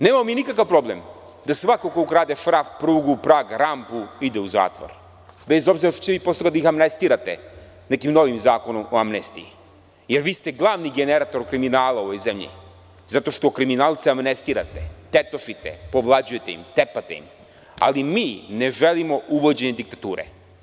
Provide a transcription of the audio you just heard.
Nemamo mi nikakav problem da svako ko ukrade šraf, prugu, prag ili rampu ide u zatvor, bez obzira što ćete vi posle da ih amnestirate nekim novim zakonom o amnestiji, jer vi ste glavni generator kriminala u ovoj zemlji zato što kriminalce amnestirate, tetošite, povlađujete im, tepate im, ali mi ne želimo uvođenje diktature.